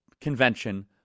convention